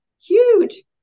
Huge